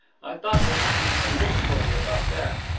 i thought there might be some difficulty about that.